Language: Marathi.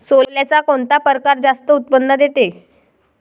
सोल्याचा कोनता परकार जास्त उत्पन्न देते?